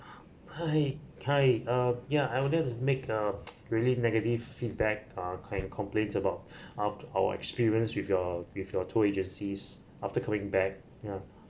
hi hi uh yeah I want to make a really negative feedback uh client complaints about after our experience with your with your tour agencies after coming back yeah